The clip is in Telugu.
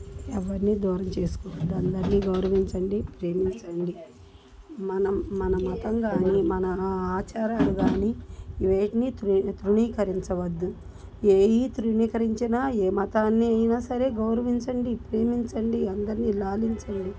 ఎవ్వరినీ దూరం చేసుకోవద్దు అందరిని గౌరవించండి ప్రేమించండి మనం మన మతం కాని మన ఆచారాలు కాని వేటినీ తృణీకరించవద్దు ఏవి తృణీకరించినా ఏ మతాన్ని అయినా సరే గౌరవించండి ప్రేమించండి అందరిని లాలించండి